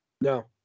No